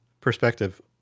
perspective